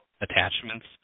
attachments